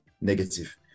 negative